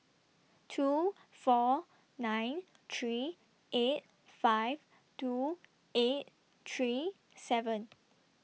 two four nine three eight five two eight three seven